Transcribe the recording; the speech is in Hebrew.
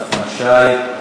נחמן שי?